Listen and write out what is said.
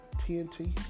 TNT